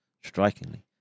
Strikingly